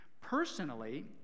Personally